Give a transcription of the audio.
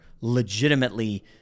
legitimately